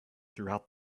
throughout